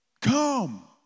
come